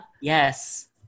Yes